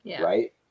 right